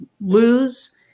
lose